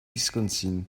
wisconsin